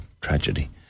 tragedy